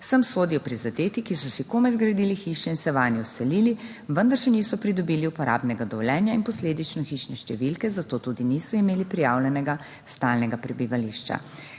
Sem sodijo prizadeti, ki so si komaj zgradili hiše in se vanje vselili, vendar še niso pridobili uporabnega dovoljenja in posledično hišne številke, zato tudi niso imeli prijavljenega stalnega prebivališča.